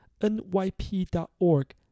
nyp.org